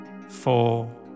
four